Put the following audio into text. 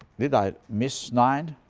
did i miss nine?